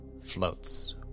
floats